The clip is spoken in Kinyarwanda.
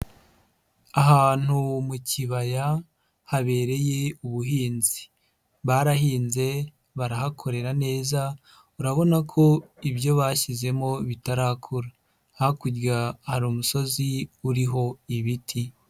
Ahantu mu kibaya habereye ubuhinzi, barahinze, barahakorera neza, urabona ko ibyo bashyizemo bitarakura, hakurya hari umusozi uriho ibiti.